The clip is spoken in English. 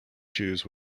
shoes